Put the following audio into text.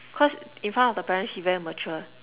cause in front of the parents she very mature